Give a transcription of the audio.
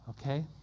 Okay